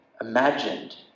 imagined